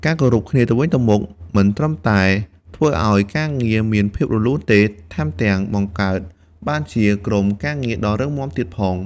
ការគោរពគ្នាទៅវិញទៅមកមិនត្រឹមតែធ្វើឲ្យការងារមានភាពរលូនទេ ថែមទាំងបង្កើតបានជាក្រុមការងារដ៏រឹងមាំទៀតផង។